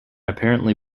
apparently